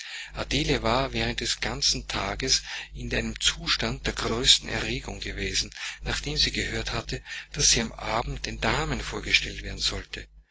adele war während des ganzen tages in einem zustande der größten erregung gewesen nachdem sie gehört hatte daß sie am abend den damen vorgestellt werden sollte